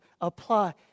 apply